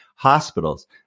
Hospitals